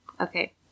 Okay